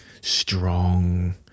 strong